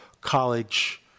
college